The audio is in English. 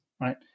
right